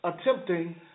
attempting